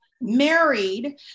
married